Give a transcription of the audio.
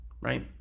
right